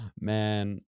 man